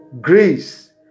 grace